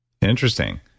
Interesting